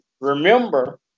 remember